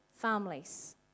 families